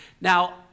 Now